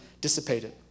dissipated